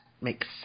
makes